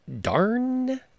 darn